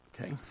Okay